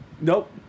Nope